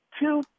two